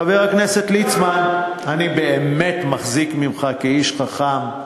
חבר הכנסת ליצמן, אני באמת מחזיק ממך איש חכם,